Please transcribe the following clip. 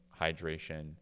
hydration